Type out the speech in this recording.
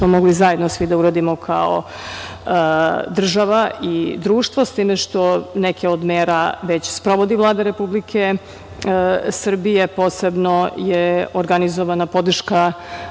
mogli zajedno svi da uradimo kao država i društvo, s tim što neke od mera već sprovodi Vlada Republike Srbije. Posebno je organizovana podrška